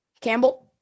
Campbell